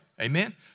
Amen